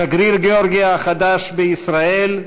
שגריר גאורגיה החדש בישראל,